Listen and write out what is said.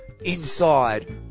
inside